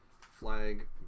Flag